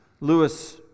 Lewis